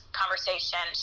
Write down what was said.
conversation